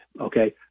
okay